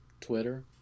Twitter